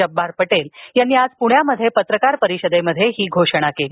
जब्बार पटेल यांनी आज पुण्यात पत्रकार परिषदेत केली